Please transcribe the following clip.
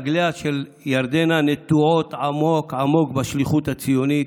רגליה של ירדנה נטועות עמוק עמוק בשליחות הציונית,